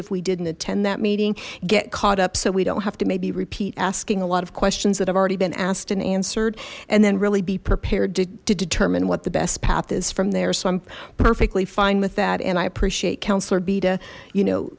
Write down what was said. if we didn't attend that meeting get caught up so we don't have to maybe repeat asking a lot of questions that have already been asked and answered and then really be prepared to determine what the best path is from there so i'm perfectly fine with that and i appreciate cou